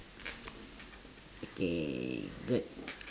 okay good